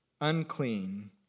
unclean